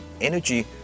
Energy